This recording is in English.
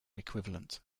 equivalent